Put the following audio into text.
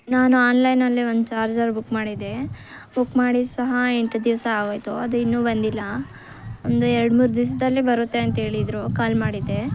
ನಾನು ಆನ್ಲೈನಲ್ಲಿ ಒಂದು ಚಾರ್ಜರ್ ಬುಕ್ ಮಾಡಿದ್ದೆ ಬುಕ್ ಮಾಡಿ ಸಹ ಎಂಟು ದಿವಸ ಆಗೋಯ್ತು ಅದು ಇನ್ನೂ ಬಂದಿಲ್ಲ ಒಂದು ಎರ್ಡು ಮೂರು ದಿವಸ್ದಲ್ಲಿ ಬರುತ್ತೆ ಅಂತ ಹೇಳಿದ್ರು ಕಾಲ್ ಮಾಡಿದ್ದೆ